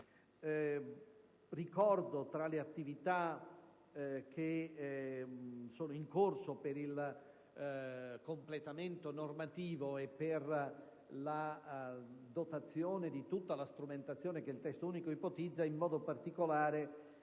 ad ora. Tra le attività che sono in corso per il completamento normativo e per la dotazione di tutta la strumentazione che il Testo unico ipotizza, ricordo, in particolare,